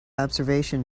observation